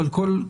אבל גם כולם,